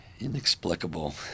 Inexplicable